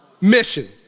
mission